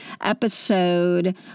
episode